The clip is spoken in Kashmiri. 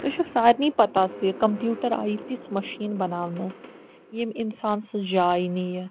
تۄہہِ چھو سارنٕے پَتہ زِ کَمپیٛوٹَر آیہِ تِژھ مشیٖن بَناونہٕ ییٚمۍ اِنسان سٕنٛز جاے نِیہِ